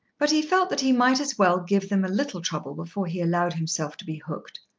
but he felt that he might as well give them a little trouble before he allowed himself to be hooked.